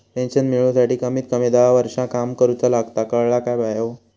Pension मिळूसाठी कमीत कमी दहा वर्षां काम करुचा लागता, कळला काय बायो?